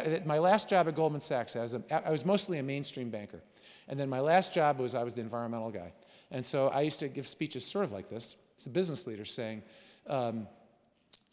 it my last job at goldman sachs as a i was mostly a mainstream banker and then my last job was i was an environmental guy and so i used to give speeches sort of like this as a business leader saying